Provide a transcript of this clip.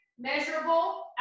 measurable